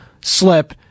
slip